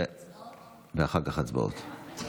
ואחר כך הצבעות.